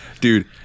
Dude